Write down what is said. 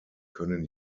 können